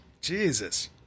Jesus